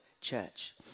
church